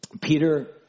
Peter